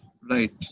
Right